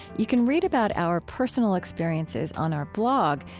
you can read about our personal experiences on our blog,